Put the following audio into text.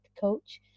coach